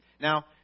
Now